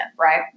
right